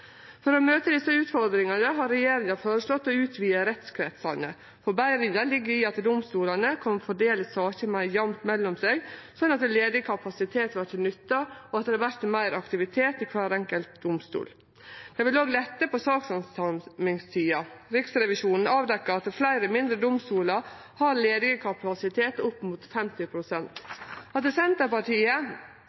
For å møte desse utfordringane har regjeringa føreslått å utvide rettskretsane. Forbetringa ligg i at domstolane kan fordele saker meir jamt mellom seg, sånn at ledig kapasitet vert nytta, og at det vert meir aktivitet i kvar enkelt domstol. Det vil òg lette på sakshandsamingstida. Riksrevisjonen avdekte at fleire mindre domstolar har ledig kapasitet opp mot 50 pst. At Senterpartiet